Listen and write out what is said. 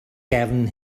gefn